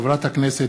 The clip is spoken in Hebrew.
חברי הכנסת.